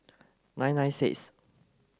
nine nine six